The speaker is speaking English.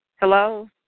Hello